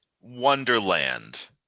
Wonderland